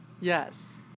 Yes